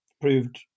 proved